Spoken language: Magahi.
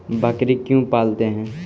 बकरी क्यों पालते है?